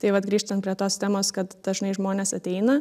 tai vat grįžtant prie tos temos kad dažnai žmonės ateina